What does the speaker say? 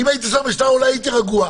אם היית שר המשטרה אולי הייתי רגוע.